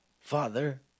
Father